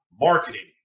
marketing